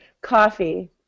coffee